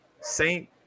Saint